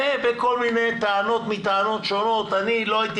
ובכל מיני טענות מטענות שונות אני לא הייתי